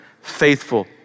faithful